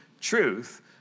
truth